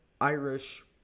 Irish